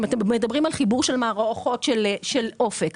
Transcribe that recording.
מדברים על חיבור מערכות של אופק,